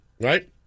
right